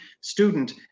student